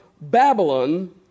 Babylon